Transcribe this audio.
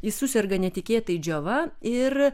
jis suserga netikėtai džiova ir